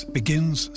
begins